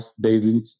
daily